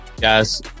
Guys